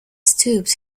stooped